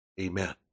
Amen